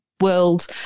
world